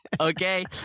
Okay